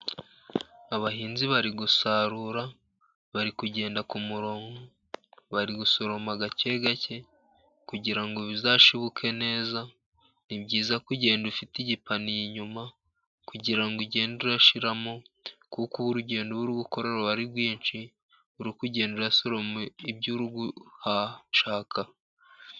Abahinzi bari gusarura, bari kugenda ku murongo, bari gusoroma gake gake kugira ngo bizashibuke neza. Ni byiza kugenda ufite igipaniye inyuma kugira ngo ugende ushyiramo, kuko urugendo uba uri gukora ruba ari rwinshi, uri kugende usoroma ibyo uri gushaka.